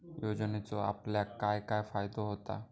योजनेचो आपल्याक काय काय फायदो होता?